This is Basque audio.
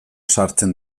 sartzen